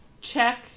check